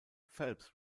phelps